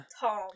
Tom